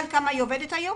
עובדת היום